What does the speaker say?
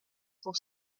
pour